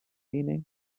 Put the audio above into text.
cleaning